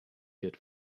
good